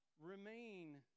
remain